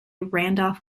randolph